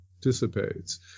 dissipates